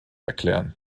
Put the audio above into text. erklären